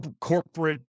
corporate